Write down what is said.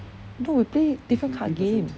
no we're playing different card game